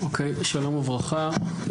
שלום וברכה,